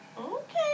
Okay